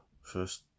First